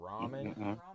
Ramen